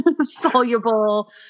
soluble